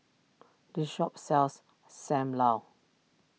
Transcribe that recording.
this shop sells Sam Lau